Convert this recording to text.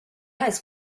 has